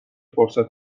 فرصت